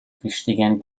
wichtigen